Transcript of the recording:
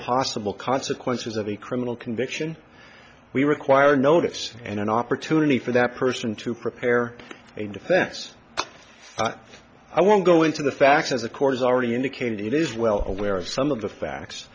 possible consequences of a criminal conviction we require notice and an opportunity for that person to prepare a defense i won't go into the facts as a court is already indicated it is well aware of some of the facts